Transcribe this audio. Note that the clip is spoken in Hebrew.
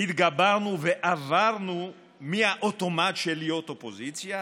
התגברנו ועברנו מהאוטומט של להיות אופוזיציה